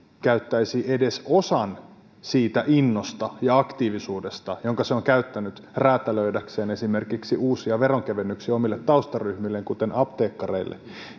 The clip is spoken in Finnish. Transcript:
käyttäisi harmaan talouden torjuntaan edes osan siitä innosta ja aktiivisuudesta jonka se on käyttänyt räätälöidäkseen esimerkiksi uusia veronkevennyksiä omille taustaryhmilleen kuten apteekkareille